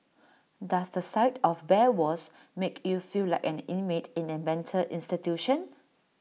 does the sight of bare walls make you feel like an inmate in A mental institution